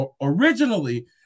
originally